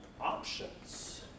options